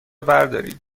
بردارید